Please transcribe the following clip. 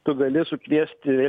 tu gali sukviesti